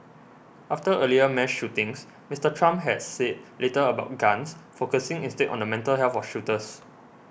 after earlier mass shootings Mister Trump has said little about guns focusing instead on the mental health of shooters